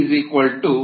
93 gl 1